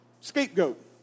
scapegoat